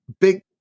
big